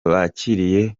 bakiriye